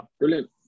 Brilliant